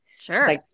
Sure